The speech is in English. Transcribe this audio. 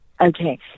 Okay